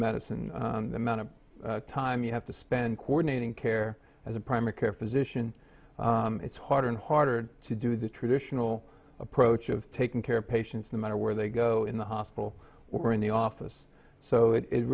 medicine the amount of time you have to spend coordinating care as a primary care physician it's harder and harder to do the traditional approach of taking care of patients the matter where they go in the hospital we're in the office so it